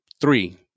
three